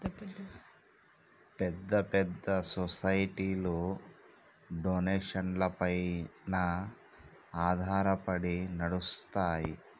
పెద్ద పెద్ద సొసైటీలు డొనేషన్లపైన ఆధారపడి నడుస్తాయి